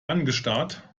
angestarrt